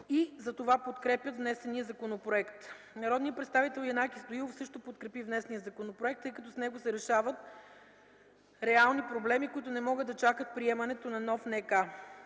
и затова подкрепя внесения законопроект. Народният представител Янаки Стоилов също подкрепи внесения законопроект, тъй като с него се решават реални проблеми, които не могат да чакат приемането на нов НК.